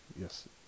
yes